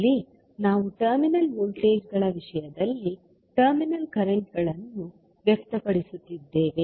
ಇಲ್ಲಿ ನಾವು ಟರ್ಮಿನಲ್ ವೋಲ್ಟೇಜ್ಗಳ ವಿಷಯದಲ್ಲಿ ಟರ್ಮಿನಲ್ ಕರೆಂಟ್ಗಳನ್ನು ವ್ಯಕ್ತಪಡಿಸುತ್ತಿದ್ದೇವೆ